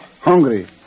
Hungry